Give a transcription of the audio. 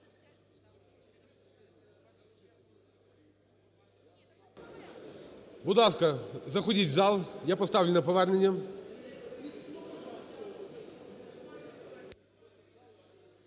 ласка, заходіть в зал, я поставлю на повернення.